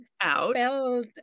out